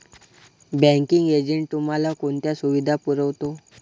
Banking agent तुम्हाला कोणत्या सुविधा पुरवतो?